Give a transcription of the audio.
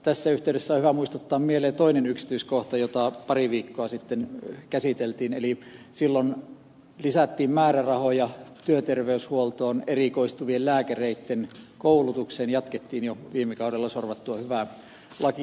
tässä yhteydessä on hyvä muistuttaa mieleen toinen yksityiskohta jota pari viikkoa sitten käsiteltiin eli silloin lisättiin määrärahoja työterveyshuoltoon erikoistuvien lääkäreitten koulutukseen jatkettiin jo viime kaudella sorvattua hyvää lakia